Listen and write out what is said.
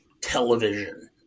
television